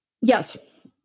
Yes